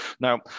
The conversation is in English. Now